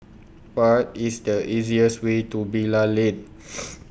What IS The easiest Way to Bilal Lane